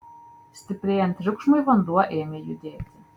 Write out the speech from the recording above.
stiprėjant triukšmui vanduo ėmė judėti